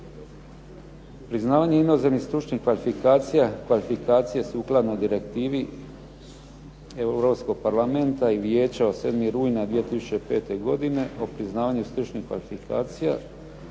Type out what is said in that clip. Priznavanje inozemnih stručnih kvalifikacija, kvalifikacije sukladno direktivi Europskog parlamenta i Vijeća od 7. rujna 2005. godine o priznavanju stručnih kvalifikacija,